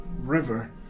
river